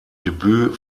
debüt